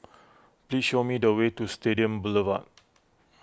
please show me the way to Stadium Boulevard